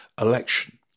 election